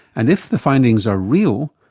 and if the findings are real,